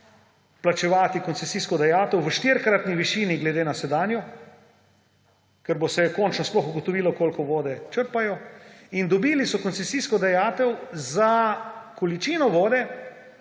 plačevati koncesijsko dajatev v štirikratni višini glede na sedanjo, ker se bo končno sploh ugotovilo, koliko vode črpajo. In dobili so koncesijsko dajatev za količino vode,